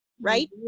right